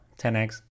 10x